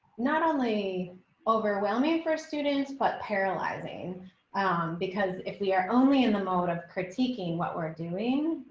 not only overwhelming for students, but paralyzing because if we are only in the mode of critiquing what we're doing.